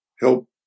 Help